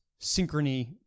Synchrony